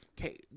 Okay